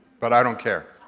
but i don't care.